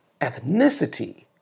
ethnicity